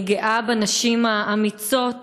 אני גאה בנשים האמיצות